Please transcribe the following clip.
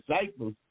disciples